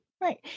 Right